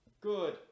Good